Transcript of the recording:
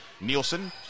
Nielsen